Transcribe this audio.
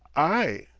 i,